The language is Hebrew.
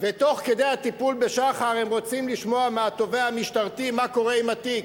ותוך כדי הטיפול בשחר הם רוצים לשמוע מהתובע המשטרתי מה קורה עם התיק.